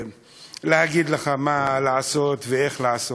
להגיד לך מה לעשות ואיך לעשות.